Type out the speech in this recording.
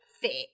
fit